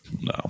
No